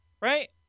right